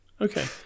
Okay